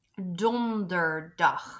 Donderdag